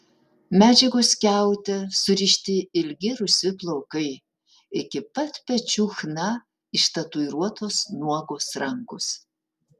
medžiagos skiaute surišti ilgi rusvi plaukai iki pat pečių chna ištatuiruotos nuogos rankos